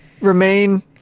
remain